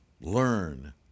learn